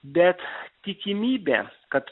bet tikimybė kad